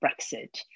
Brexit